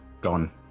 Gone